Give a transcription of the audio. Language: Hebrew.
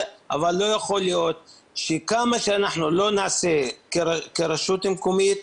אבל לא יכול להיות שכמה שאנחנו לא נעשה כרשות מקומית,